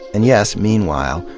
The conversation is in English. and yes, meanwhile,